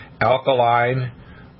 alkaline